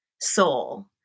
soul